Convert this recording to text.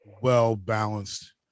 well-balanced